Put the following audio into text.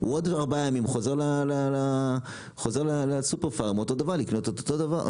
עוד ארבעה ימים הוא חוזר לסופר פארם לקנות אותו דבר.